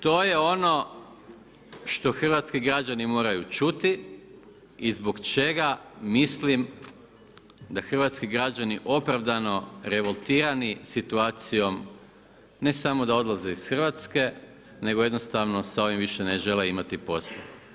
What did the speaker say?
To je ono što hrvatski građani moraju čuti i zbog čega mislim da hrvatski građani opravdano revoltirani situacijom ne samo da odlaze iz Hrvatske, nego jednostavno sa ovim više ne žele imati posla.